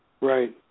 Right